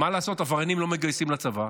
מה לעשות, עבריינים לא מגייסים לצבא.